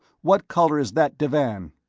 what color is that divan?